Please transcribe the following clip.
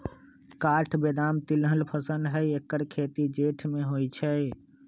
काठ बेदाम तिलहन फसल हई ऐकर खेती जेठ में होइ छइ